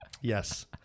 Yes